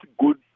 good